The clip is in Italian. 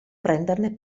prenderne